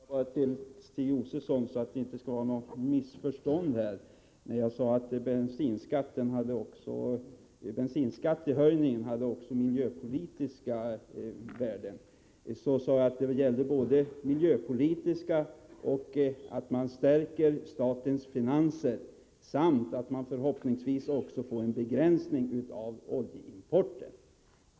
Fru talman! Jag vill förklara en sak för Stig Josefson, så att det inte uppstår några missförstånd. När jag sade att bensinskattehöjningen hade miljöpolitiska värden menade jag att höjningen hade betydelse för miljöpolitiken samtidigt som statens finanser stärktes. Förhoppningsvis får vi också en begränsning av oljeimporten.